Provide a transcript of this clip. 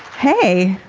hey,